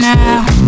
now